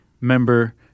member